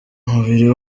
umubiri